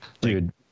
dude